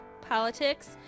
Politics